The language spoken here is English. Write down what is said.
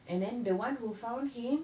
and then the one who found him